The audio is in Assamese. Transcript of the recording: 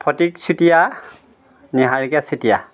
ফতিক চুতিয়া নিহাৰিকা চেতিয়া